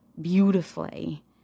beautifully